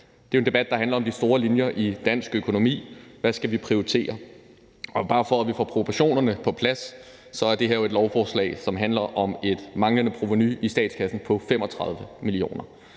Det er en debat, der handler om de store linjer i dansk økonomi. Hvad skal vi prioritere? Og bare for at vi får proportionerne på plads, er det her jo et lovforslag, som handler om et manglende provenu i statskassen på 35 mio.